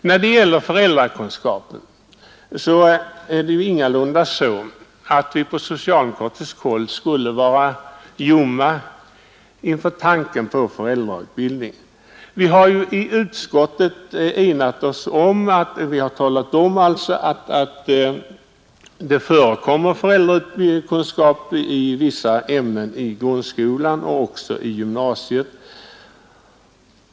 När det gäller föräldrakunskapen är det ingalunda så, att vi på socialdemokratiskt håll skulle vara ljumma inför tanken på föräldrautbildning. Ett enhälligt utskott talar om att det förekommer föräldrakunskap i vissa ämnen i grundskolan samt även i gymnasiet.